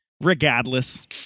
regardless